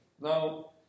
now